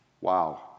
Wow